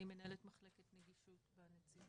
בהסעדה ישנה מורכבות יותר גדולה בהנגשה,